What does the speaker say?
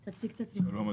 שלום,